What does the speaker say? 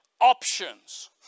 options